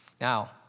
Now